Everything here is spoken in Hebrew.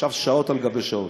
ישב שעות על גבי שעות,